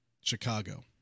Chicago